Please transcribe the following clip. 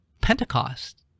Pentecost